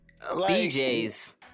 BJ's